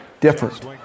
different